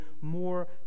more